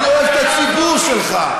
אני אוהב את הציבור שלך.